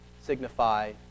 signify